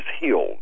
healed